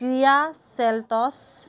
Kia Seltos